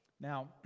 Now